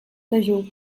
dejú